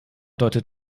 deutet